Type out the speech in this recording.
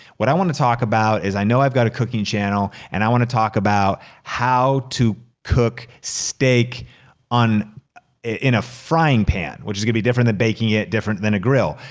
what i wanna talk about is i know i've got a cooking channel and i wanna talk about how to cook steak in a frying pan, which is gonna be different than baking it, different than a grill.